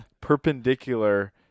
perpendicular